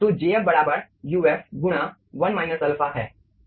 तो jf बराबर uf गुणा 1 माइनस अल्फा है